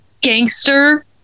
gangster